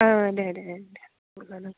औ दे दे दे जागोन